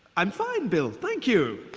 i'm fine, bill, thank you.